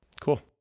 Cool